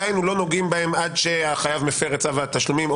דהיינו לא נוגעים בהם עד שהחייב מפר את צו התשלומים,